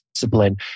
discipline